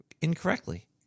incorrectly